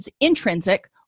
intrinsic